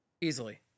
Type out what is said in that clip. easily